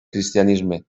cristianisme